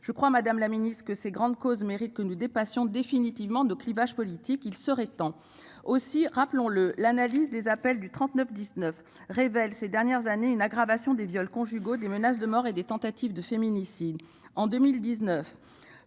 je crois Madame la Ministre que ces grandes causes méritent que nous dépassions définitivement de clivages politiques. Il serait temps aussi, rappelons-le, l'analyse des appels du 39 19 révèlent ces dernières années une aggravation des viols conjugaux des menaces de mort et des tentatives de féminicides en 2019